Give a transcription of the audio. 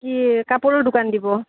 কি কাপোৰৰ দোকান দিব